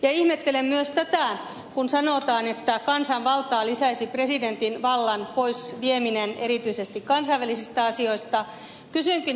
ja ihmettelen myös tätä kun sanotaan että kansanvaltaa lisäisi presidentin vallan poisvieminen erityisesti kansainvälisistä asioista